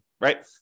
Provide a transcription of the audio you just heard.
right